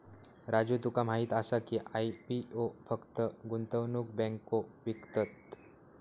राजू तुका माहीत आसा की, आय.पी.ओ फक्त गुंतवणूक बँको विकतत?